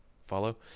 follow